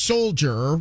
Soldier